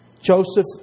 Joseph